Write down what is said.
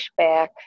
pushback